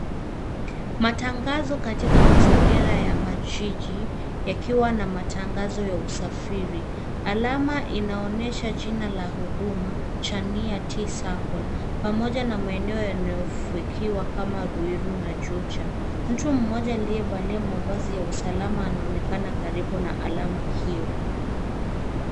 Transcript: Matangazo katika mazingira ya majiji yakiwa na matangazo ya usafiri. Alama inaonyesha jina la huduma chania t sacco pamoja na maeneo yanayofikiwa kama Ruiru na juja. Mtu mmoja aliyevalia mavazi ya usalama anaonekana karibu na alama hiyo.